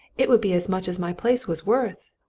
it would be as much as my place was worth!